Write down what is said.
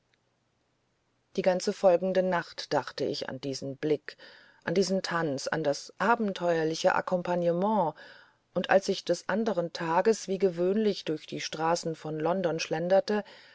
die ganze folgende nacht dachte ich an diesen blick an diesen tanz an das abenteuerliche akkompagnement und als ich des anderen tages wie gewöhnlich durch die straßen von london schlenderte